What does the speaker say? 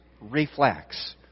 reflex